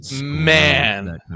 man